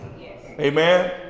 Amen